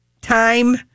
time